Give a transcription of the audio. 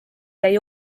jäi